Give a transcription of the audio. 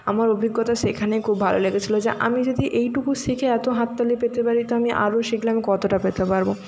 আমার অভিজ্ঞতা সেখানেই খুব ভাল লেগেছিলো যে আমি যদি এইটুকু শিখে এতো হাততালি পেতে পারি তো আমি আরো শিখলে আমি কতটা পেতে পারবো